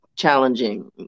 challenging